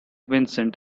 vincent